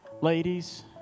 Ladies